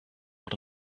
what